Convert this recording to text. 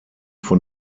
von